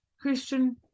Christian